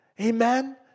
Amen